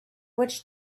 witch